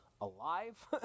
alive